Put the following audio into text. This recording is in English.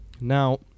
now